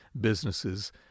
businesses